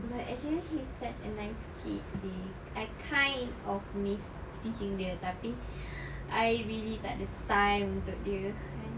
but actually he's such a nice kid seh I kind of miss teaching them tapi I really takde time untuk dia !hais!